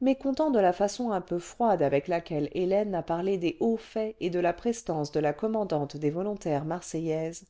mécontent de la façon un peu froide avec laquelle hélène a parlé des hauts faits et cle la prestance de la commandante des volontaires marseillaises